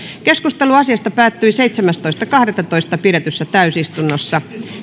keskustelu asiasta päättyi seitsemästoista kahdettatoista kaksituhattakahdeksantoista pidetyssä täysistunnossa